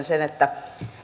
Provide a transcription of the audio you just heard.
sen että